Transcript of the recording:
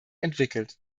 entwickelt